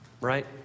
right